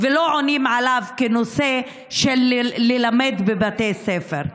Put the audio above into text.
ולא עונים עליו כעל נושא של לימוד בבתי ספר.